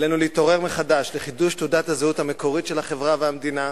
עלינו להתעורר מחדש לחידוש תעודת הזהות המקורית של החברה והמדינה,